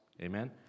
amen